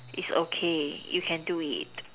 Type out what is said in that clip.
it's okay you can do it